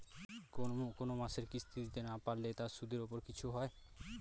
কোন মাসের কিস্তি না দিতে পারলে তার সুদের উপর কিছু হয়?